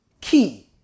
key